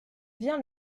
vient